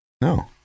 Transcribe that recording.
No